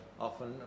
often